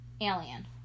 Alien